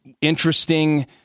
interesting